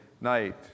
night